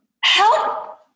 Help